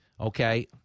Okay